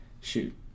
shoot